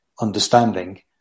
understanding